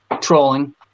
trolling